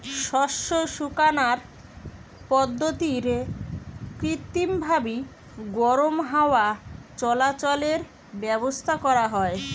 শস্য শুকানার পদ্ধতিরে কৃত্রিমভাবি গরম হাওয়া চলাচলের ব্যাবস্থা করা হয়